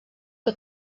que